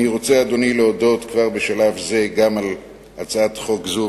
אני רוצה להודות כבר בשלב זה גם על הצעת חוק זו,